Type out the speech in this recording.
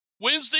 Wednesday